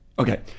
Okay